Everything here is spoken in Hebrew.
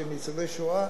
שהם ניצולי שואה,